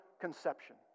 conception